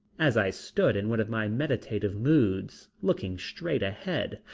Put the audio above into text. as i stood in one of my meditative moods, looking straight ahead,